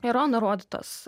yra nurodytos